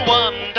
one